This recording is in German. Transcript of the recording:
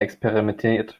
experimentiert